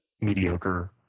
mediocre –